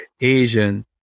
Asian